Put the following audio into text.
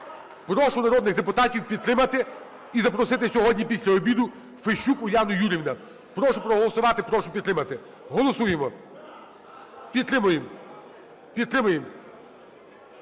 Прошу народних депутатів підтримати і запросити сьогодні після обіду Фещук Уляну Юріївну. Прошу проголосувати, прошу підтримати. Голосуємо. Підтримуємо. Підтримуємо.